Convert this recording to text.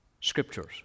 Scriptures